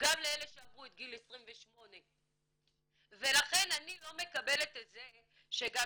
גם לאלה שעברו את גיל 28. לכן אני לא מקבלת את זה שגם